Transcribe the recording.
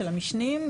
של המשנים,